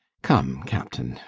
come, captain,